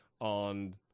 on